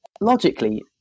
logically